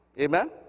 Amen